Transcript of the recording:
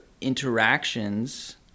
interactions